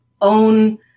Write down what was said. own